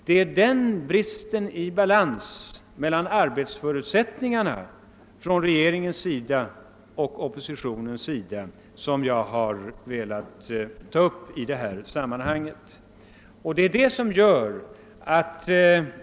Det är bristen på balans i arbetsförutsättningarna för regeringen och för oppositionen som jag har velat peka på i det sammanhanget.